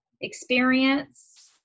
experience